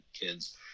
kids